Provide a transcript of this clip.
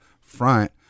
front